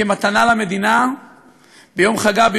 כמתנה למדינה ביום חגה,